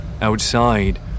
Outside